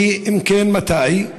ואם כן, מתי?